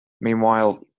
Meanwhile